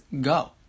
go